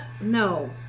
no